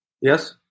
Yes